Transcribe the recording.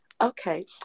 Okay